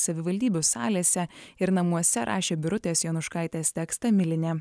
savivaldybių salėse ir namuose rašė birutės jonuškaitės tekstą milinė